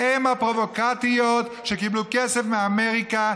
הן הפרובוקטוריות שקיבלו כסף מאמריקה.